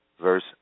verse